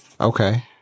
Okay